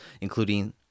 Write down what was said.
including